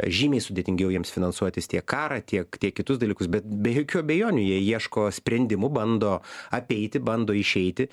žymiai sudėtingiau jiems finansuotis tiek karą tiek tiek kitus dalykus bet be jokių abejonių jie ieško sprendimų bando apeiti bando išeiti